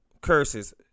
curses